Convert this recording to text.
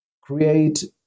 create